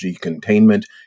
containment